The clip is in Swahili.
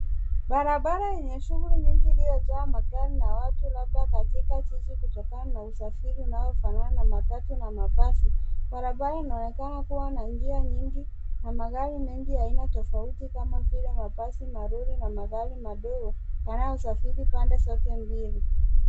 Barabara yenye shughuli nyingi iliyojaa magari na watu labda katika jiji kutokana na usafiri unaofanana na matatu na mabasi, barabara unaonekana kua na njia nyingi na magari mengi ya aina tofauti kama vile mabasi, malori na magari madogo yanayosafiri pande zote mbili.